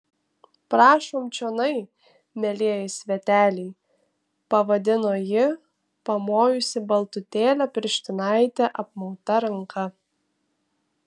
prašom čionai mielieji sveteliai pavadino ji pamojusi baltutėle pirštinaite apmauta ranka